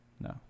No